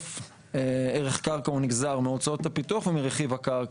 ערך קרקע הוא נגזר מהוצאות הפיתוח וממחיר הקרקע.